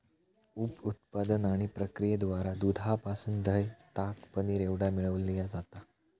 उप उत्पादन आणि प्रक्रियेद्वारा दुधापासून दह्य, ताक, पनीर एवढा मिळविला जाता